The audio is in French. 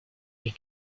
est